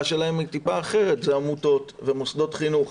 שלהם היא טיפה אחרת זה עמותות ומוסדות חינוך,